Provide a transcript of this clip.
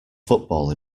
football